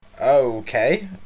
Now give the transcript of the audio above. Okay